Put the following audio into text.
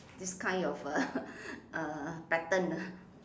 this kind of a a pattern